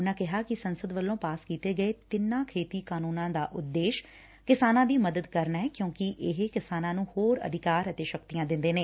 ਉਨਾਂ ਕਿਹਾ ਕਿ ਸੰਸਦ ਵੱਲੋਂ ਪਾਸ ਕੀਤੇ ਗਏ ਤਿੰਨਾ ਖੇਤੀ ਕਾਨੂੰਨਾਂ ਦਾ ਉਦੇਸ਼ ਕਿਸਾਨਾਂ ਦੀ ਮਦਦ ਕਰਨਾ ਐ ਕਿਉਂਕਿ ਇਹ ਕਿੱਸਾਨਾਂ ਨੂੰ ਹੋਰ ਅਧਿਕਾਰ ਅਤੇ ਸ਼ਕਤੀਆਂ ਦਿੰਦੇ ਨੇ